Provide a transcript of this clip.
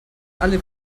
alle